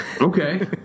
Okay